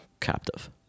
captive